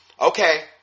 okay